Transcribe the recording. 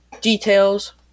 details